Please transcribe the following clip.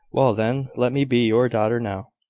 well, then, let me be your daughter now.